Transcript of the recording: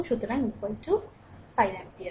সুতরাং 5 অ্যাম্পিয়ার